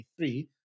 2023